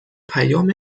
پیام